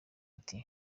ati